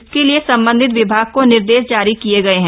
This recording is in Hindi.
इसके लिए संबंधित विभाग को निर्देश जारी किये गए हैं